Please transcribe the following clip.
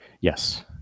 Yes